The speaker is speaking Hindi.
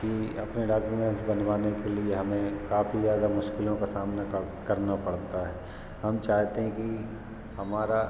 कि अपने डाकुमेंस बनवाने के लिए हमें काफी ज़्यादा मुश्किलों का सामना करना पड़ता है हम चाहते हैं कि हमारा